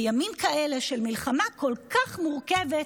בימים כאלה של מלחמה כל כך מורכבת,